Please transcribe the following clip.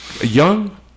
young